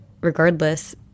regardless